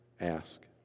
ask